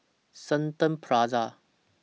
Shenton Plaza